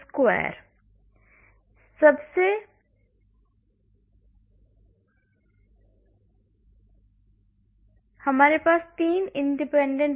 इसलिए हमारे Force Field method की तरह हमारे distance or the bond length bond angle bond torsion है